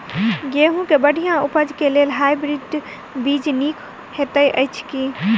गेंहूँ केँ बढ़िया उपज केँ लेल हाइब्रिड बीज नीक हएत अछि की?